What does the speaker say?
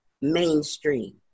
mainstream